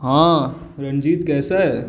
हाँ रणजीत कैसा है